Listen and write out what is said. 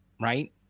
right